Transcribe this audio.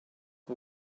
who